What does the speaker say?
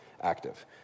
active